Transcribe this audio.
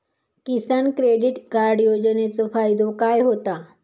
किसान credit card योजनेचो फायदो काय होता?